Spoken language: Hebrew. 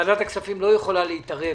ועדת הכספים לא יכולה להתערב